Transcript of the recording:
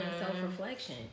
self-reflection